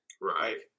Right